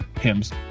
hymns